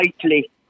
slightly